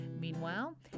Meanwhile